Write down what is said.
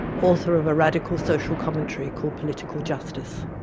author of a radical social commentary called political justice.